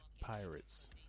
pirate's